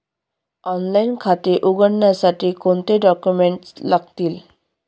Online खाते उघडण्यासाठी कोणते डॉक्युमेंट्स लागतील?